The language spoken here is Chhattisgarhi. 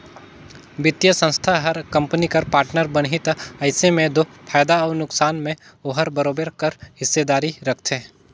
बित्तीय संस्था हर कंपनी कर पार्टनर बनही ता अइसे में दो फयदा अउ नोसकान में ओहर बरोबेर कर हिस्सादारी रखथे